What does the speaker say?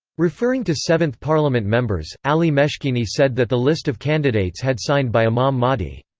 referring to seventh parliament members, ali meshkini said that the list of candidates had signed by imam mahdi.